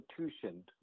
institution